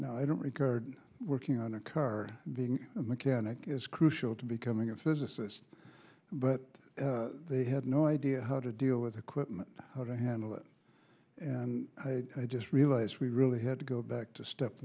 no i don't regard working on a car being a mechanic is crucial to becoming a physicist but they had no idea how to deal with equipment how to handle it and i just realized we really had to go back to step